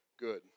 good